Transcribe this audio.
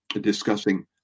discussing